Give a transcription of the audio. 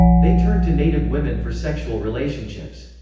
they turned to native women for sexual relationships.